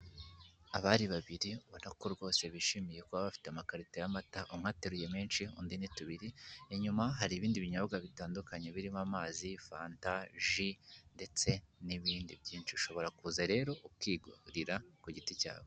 Abari babiri ubona ko rwose bishimiye kuba bafite amakarito y'amata, umwe ateruye menshi undi ni tubiri, inyuma hari ibindi binyobwa bitandukanye birimo amazi, fanta, ji ndetse n'ibindi byinshi, ushobora kuza rero ukigurira ku giti cyawe.